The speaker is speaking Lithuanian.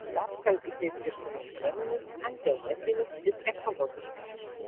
dar skalbikliai skirstomi į cheminius antialerginius ir ekologiškus